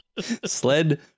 sled